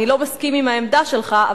אני לא מסכים עם העמדה שלך,